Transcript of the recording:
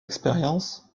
expérience